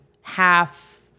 half